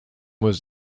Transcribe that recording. was